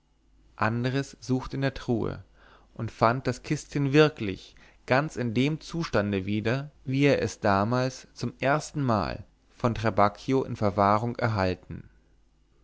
andres suchte in der truhe und fand das kistchen wirklich ganz in dem zustande wieder wie er es damals zum erstenmal von trabacchio in verwahrung erhalten